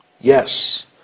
Yes